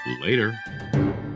later